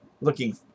looking